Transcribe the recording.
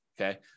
Okay